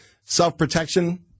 self-protection